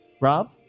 Rob